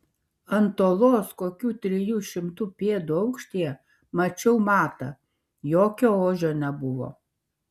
ant uolos kokių trijų šimtų pėdų aukštyje mačiau matą jokio ožio nebuvo